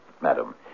madam